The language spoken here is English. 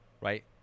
right